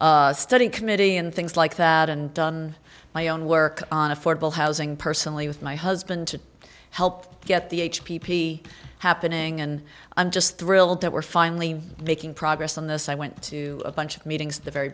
housing study committee and things like that and done my own work on affordable housing personally with my husband to help get the h p p happening and i'm just thrilled that we're finally making progress on this i went to a bunch of meetings at the very